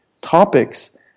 topics